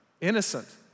innocent